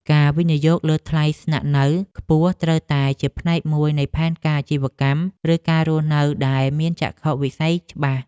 ការវិនិយោគលើថ្លៃស្នាក់នៅខ្ពស់ត្រូវតែជាផ្នែកមួយនៃផែនការអាជីវកម្មឬការរស់នៅដែលមានចក្ខុវិស័យច្បាស់។